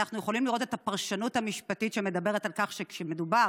אנחנו יכולים לראות את הפרשנות המשפטית שמדברת על כך שכשמדובר